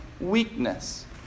weakness